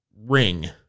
ring